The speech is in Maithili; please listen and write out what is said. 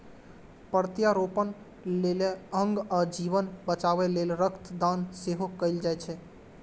प्रत्यारोपण लेल अंग आ जीवन बचाबै लेल रक्त दान सेहो कैल जाइ छै